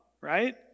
right